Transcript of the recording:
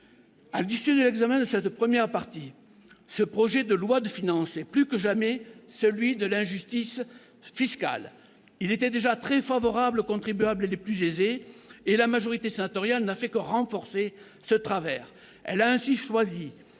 À l'issue de l'examen de cette première partie, le projet de loi de finances est plus que jamais celui de l'injustice fiscale. Il était déjà très favorable aux contribuables les plus aisés, et la majorité sénatoriale n'a fait que renforcer ce travers. Elle a ainsi choisi,